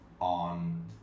on